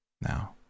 now